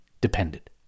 depended